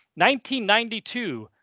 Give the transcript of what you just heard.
1992